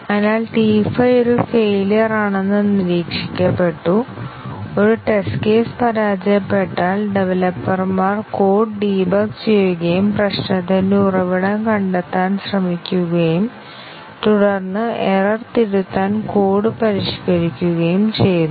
അതിനാൽ T5 ഒരു failure ആണെന്ന് നിരീക്ഷിക്കപ്പെട്ടു ഒരു ടെസ്റ്റ് കേസ് പരാജയപ്പെട്ടാൽ ഡവലപ്പർമാർ കോഡ് ഡീബഗ് ചെയ്യുകയും പ്രശ്നത്തിന്റെ ഉറവിടം കണ്ടെത്താൻ ശ്രമിക്കുകയും തുടർന്ന് എറർ തിരുത്താൻ കോഡ് പരിഷ്ക്കരിക്കുകയും ചെയ്യുന്നു